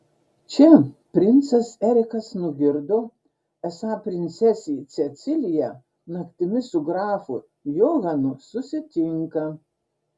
čia princas erikas nugirdo esą princesė cecilija naktimis su grafu johanu susitinka